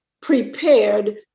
prepared